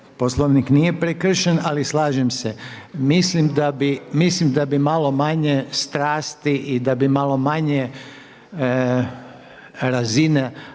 Poslovnik nije prekršen, ali slažem se. Mislim da bi malo manje strasti i da bi malo manje razine